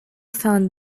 found